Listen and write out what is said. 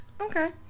Okay